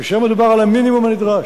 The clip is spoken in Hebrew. ושם מדובר על המינימום הנדרש.